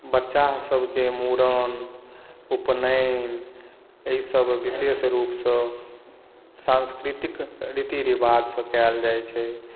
बच्चा सभकेँ मुड़न उपनयन एहि सभ विशेष रूपसँ सांस्कृतिक रीति रिवाजसँ कयल जाइ छै